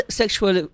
sexual